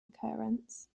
occurrence